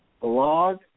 Blog